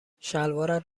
شلوارت